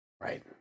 Right